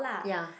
ya